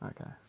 Okay